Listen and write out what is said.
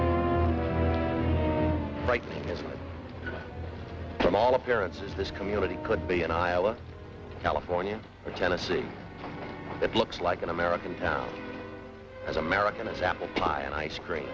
freedom from all appearances this community could be in iowa california or tennessee that looks like an american as american as apple pie and ice cream